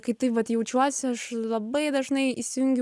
kai taip vat jaučiuosi aš labai dažnai įsijungiu